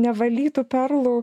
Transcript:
nevalytų perlų